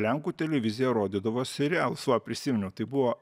lenkų televizija rodydavo serialus va prisiminiau tai buvo